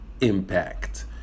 Impact